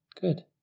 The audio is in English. Good